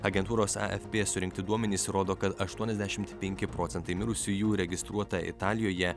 agentūros afp surinkti duomenys įrodo kad aštuoniasdešimt penki procentai mirusiųjų registruota italijoje